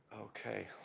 Okay